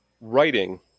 writing